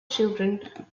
children